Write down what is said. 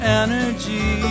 energy